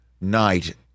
night